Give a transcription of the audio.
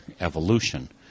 evolution